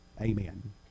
amen